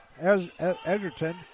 Edgerton